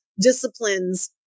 disciplines